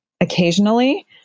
occasionally